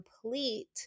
complete